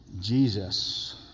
Jesus